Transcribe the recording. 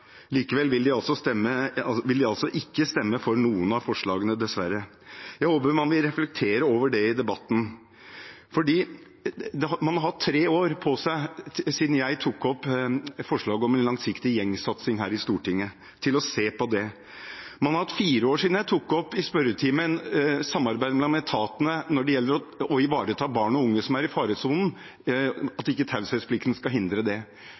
Likevel vil de altså ikke stemme for noen av forslagene, dessverre. Jeg håper man vil reflektere over det i debatten, for man har hatt tre år på seg siden jeg tok opp forslaget om en langsiktig gjengsatsing her i Stortinget, til å se på det. Man har hatt fire år på seg siden jeg tok opp i spørretimen samarbeidet mellom etatene når det gjelder å ivareta barn og unge som er i faresonen, at taushetsplikten ikke skal hindre det.